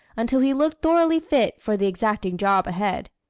until he looked thoroughly fit for the exacting job ahead.